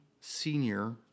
senior